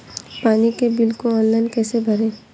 पानी के बिल को ऑनलाइन कैसे भरें?